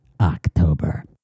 October